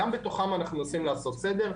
גם בתוכם אנחנו מנסים לעשות סדר.